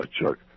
Chuck